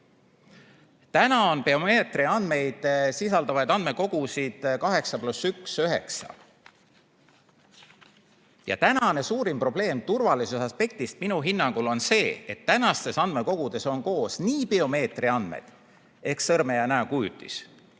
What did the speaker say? Täna on biomeetria andmeid sisaldavaid andmekogusid 8 + 1, kokku 9. Ja tänane suurim probleem turvalisuse aspektist minu hinnangul on see, et tänastes andmekogudes on koos nii biomeetria andmed ehk sõrme- ja näokujutis